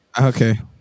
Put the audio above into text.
Okay